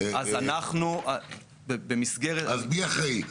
לזה, אז מי אחראי?